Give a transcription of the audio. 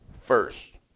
first